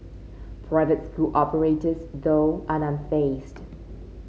private school operators though are unfazed